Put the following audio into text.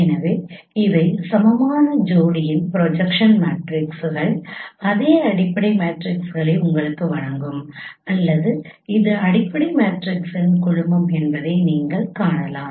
எனவே இவை சமமான ஜோடியின் ப்ரொஜெக்ஷன் மேட்ரக்ஸ்கள் அதே அடிப்படை மேட்ரக்ஸ்களை உங்களுக்கு வழங்கும் அல்லது இது அடிப்படை மேட்ரிக்ஸின் குழுமமும் என்பதை இங்கே காணலாம்